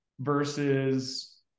versus